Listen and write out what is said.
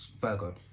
Virgo